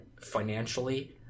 financially